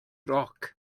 roc